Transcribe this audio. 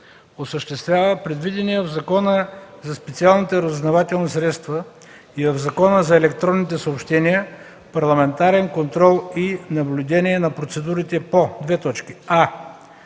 осъществява предвидения в Закона за специалните разузнавателни средства и в Закона за електронните съобщения парламентарен контрол и наблюдение на процедурите по: а)